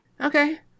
Okay